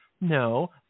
No